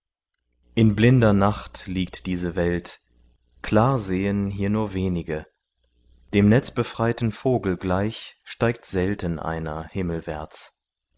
in blinder nacht liegt diese welt klar sehen hier nur wenige dem netzbefreiten vogel gleich steigt selten einer himmelwärts